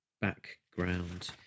background